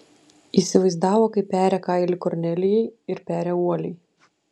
įsivaizdavo kaip peria kailį kornelijai ir peria uoliai